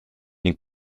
ning